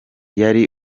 yari